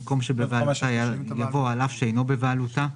במקום "שבבעלותה" יבוא "על אף שאינו בבעלותה".